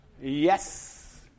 Yes